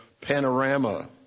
panorama